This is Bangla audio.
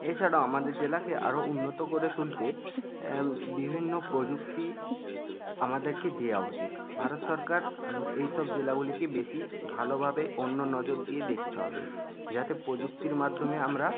এছাড়াও আমাদের জেলাকে আরও উন্নত করে তুলতে বিভিন্ন প্রযুক্তি আমাদেরকে দেওয়া উচিত ভারত সরকার এইসব জেলাগুলিকে বেশি ভালোভাবে অন্য নজর দিয়ে দেখতে হবে যাতে প্রযুক্তির মাধ্যমে আমরা